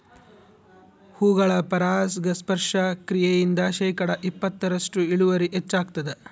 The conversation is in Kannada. ಹೂಗಳ ಪರಾಗಸ್ಪರ್ಶ ಕ್ರಿಯೆಯಿಂದ ಶೇಕಡಾ ಇಪ್ಪತ್ತರಷ್ಟು ಇಳುವರಿ ಹೆಚ್ಚಾಗ್ತದ